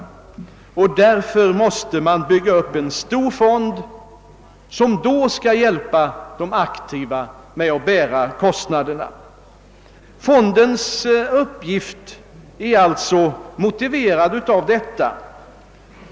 Därför måste man bygga upp en stor fond som då skall hjälpa de aktiva att bära kostnaderna. Fondens uppgift motiverar detta.